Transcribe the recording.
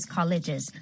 Colleges